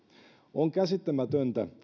on käsittämätöntä